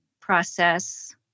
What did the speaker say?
process